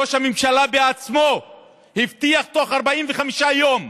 ראש הממשלה בעצמו הבטיח: בתוך 45 יום.